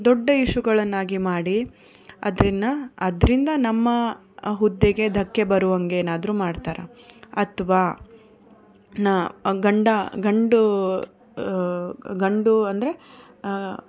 ದೊಡ್ಡ ಇಶ್ಯುಗಳನ್ನಾಗಿ ಮಾಡಿ ಅದ್ರಿಂದ ಅದರಿಂದ ನಮ್ಮ ಹುದ್ದೆಗೆ ಧಕ್ಕೆ ಬರುವಂತೆ ಏನಾದರೂ ಮಾಡ್ತಾರೆ ಅಥ್ವಾ ನ ಗಂಡ ಗಂಡು ಗಂಡು ಅಂದರೆ